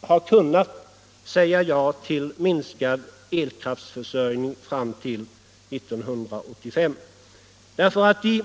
har kunnat säga ja till minskad elkraftsförsörjning fram till 1985.